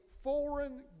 foreign